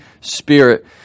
Spirit